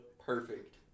Perfect